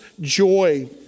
joy